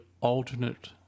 alternate